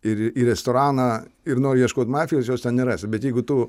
ir į restoraną ir nori ieškot mafijos jos ten nerasi bet jeigu tu